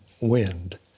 wind